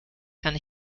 kann